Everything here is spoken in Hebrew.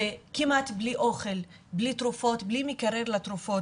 וכמעט בלי אוכל, בלי תרופות, בלי מקרר לתרופות.